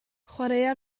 chwaraea